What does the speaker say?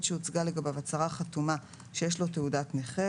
שהוצגה לגביו הצהרה חתומה שיש לו תעודת נכה,